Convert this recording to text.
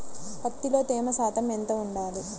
పత్తిలో తేమ శాతం ఎంత ఉండాలి?